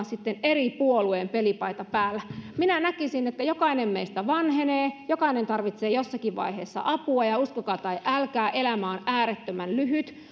sitten eri puolueen pelipaita päällä minä näkisin että jokainen meistä vanhenee jokainen tarvitsee jossakin vaiheessa apua ja uskokaa tai älkää elämä on äärettömän lyhyt